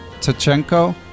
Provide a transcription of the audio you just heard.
Tachenko